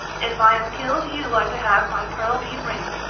if i am killed you are to have my pearl bead ring.